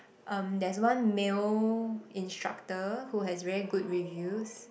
um there's one male instructor who has very good reviews